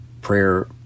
prayer